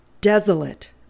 desolate